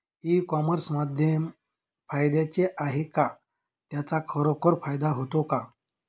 E commerce माध्यम फायद्याचे आहे का? त्याचा खरोखर फायदा होतो का?